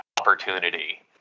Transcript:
opportunity